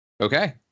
okay